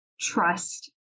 trust